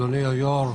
אדוני היושב-ראש,